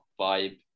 vibe